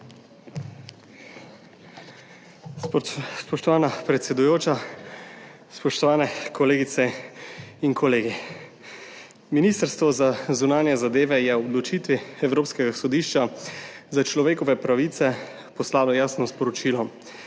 Spoštovana predsedujoča, spoštovani kolegice in kolegi! Ministrstvo za zunanje zadeve je ob odločitvi Evropskega sodišča za človekove pravice poslalo jasno sporočilo,